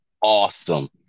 Awesome